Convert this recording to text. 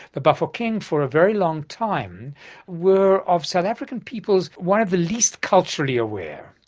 the bafokeng for a very long time were of south african peoples, one of the least culturally aware.